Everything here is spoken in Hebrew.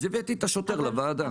אז הבאתי את השוטר לוועדה.